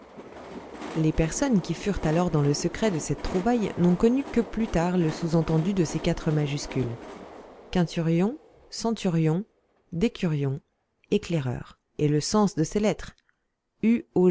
les personnes qui furent alors dans le secret de cette trouvaille n'ont connu que plus tard le sous-entendu de ces quatre majuscules quinturions centurions décurions éclaireurs et le sens de ces lettres